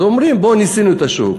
אז אומרים: ניסינו את השוק.